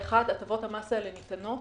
האחד, הטבות המס האלה ניתנות